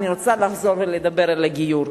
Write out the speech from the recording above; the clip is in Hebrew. אני רוצה לחזור ולדבר על הגיור.